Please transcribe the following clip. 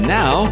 now